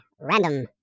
Random